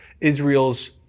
Israel's